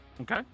Okay